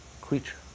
creature